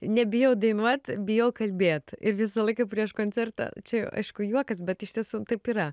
nebijau dainuot bijau kalbėt ir visą laiką prieš koncertą čia aišku juokas bet iš tiesų taip yra